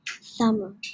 summer